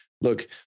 look